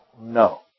No